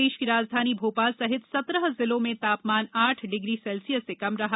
प्रदेश की राजधानी भोपाल सहित सत्रह जिलों में तापमान आठ डिग्री सेल्सियस से कम रहा